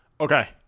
Okay